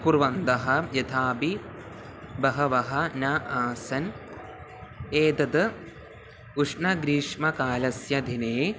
कुर्वन्तः यथाभिः बहवः न आसन् एतत् उष्णग्रीष्मकालस्य दिने